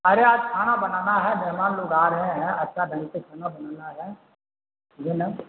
ارے آج کھانا بنانا ہے مہمان لوگ آ رہے ہیں اچھا ڈھنگ سے کھانا بنانا ہے جو ہے نا